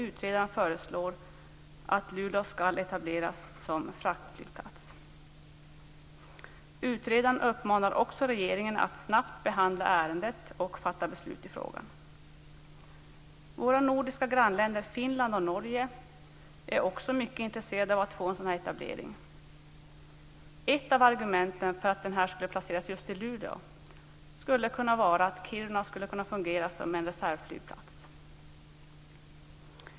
Utredaren föreslår att Luleå skall etableras som fraktflygplats och uppmanar regeringen att snabbt behandla ärendet och fatta beslut i frågan. Våra nordiska grannländer Finland och Norge är också mycket intresserade av att få en sådan etablering. Ett av argumenten för att en sådan skall placeras just i Luleå är att Kiruna skulle kunna fungera som reservflygplats.